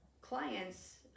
clients